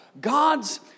God's